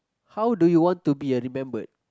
how do you want to be uh remembered